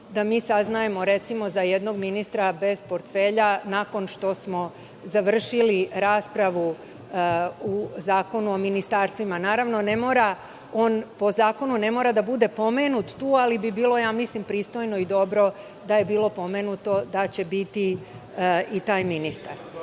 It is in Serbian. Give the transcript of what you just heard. da mi saznajemo, recimo za jednog ministra bez portfelja nakon što smo završili raspravu o Zakonu o ministarstvima. Naravno, ne mora, on po zakonu ne mora da bude pomenut tu, ali bi bilo pristojno i dobro da je bilo pomenuto da će biti i taj ministar. Pre